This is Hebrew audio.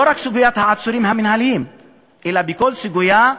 לא רק בסוגיית העצורים המינהליים אלא בכל סוגיה,